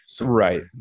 right